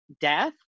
death